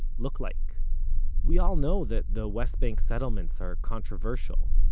look like we all know that the west bank settlements are controversial,